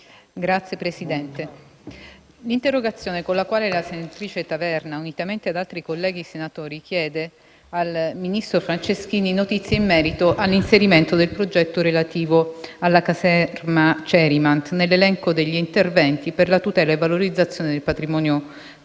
riferisco all'interrogazione con la quale la senatrice Taverna, unitamente ad altri colleghi senatori, chiede al ministro Franceschini notizie in merito all'inserimento del progetto relativo alla caserma Cerimant nell'elenco degli interventi per la tutela e valorizzazione del patrimonio culturale,